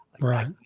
Right